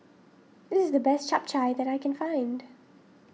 this is the best Chap Chai that I can find